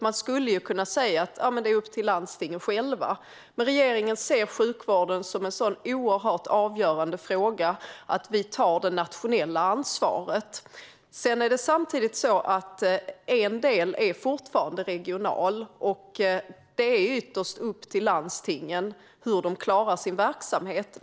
Man skulle kunna säga att det är upp till landstingen själva, men regeringen ser sjukvården som en så oerhört avgörande fråga att den tar det nationella ansvaret. En del är dock fortfarande regional, och det är ytterst upp till landstingen hur de klarar sin verksamhet.